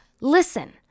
Listen